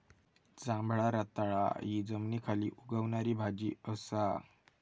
जांभळा रताळा हि जमनीखाली उगवणारी भाजी असा